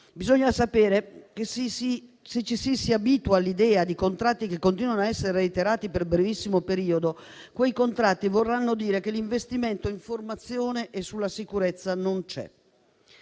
Bisogna sapere che, se ci si abitua all'idea di contratti che continuano a essere reiterati per brevissimo periodo, ciò significa che l'investimento sulla formazione e sulla sicurezza non c'è.